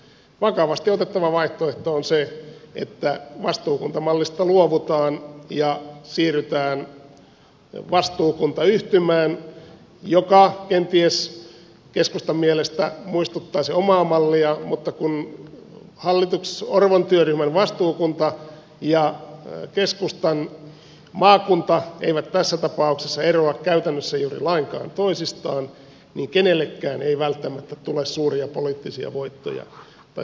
vakavasti otettava vaihtoehto on se että vastuukuntamallista luovutaan ja siirrytään vastuukuntayhtymään joka kenties keskustan mielestä muistuttaa sen omaa mallia mutta kun orpon työryhmän vastuukunta ja keskustan maakunta eivät tässä tapauksessa eroa käytännössä juuri lainkaan toisistaan niin kenellekään ei välttämättä tule suuria poliittisia voittoja tai tappioita